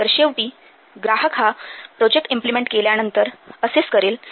तर शेवटी ग्राहक हा प्रोजेक्ट इम्पलिमेन्ट केल्यानंतर असेस करेल